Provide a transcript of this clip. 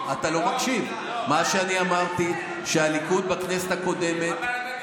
אתה תדרוש שחברי כנסת יאמרו אמת.